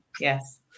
yes